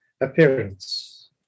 appearance